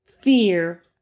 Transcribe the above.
fear